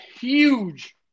huge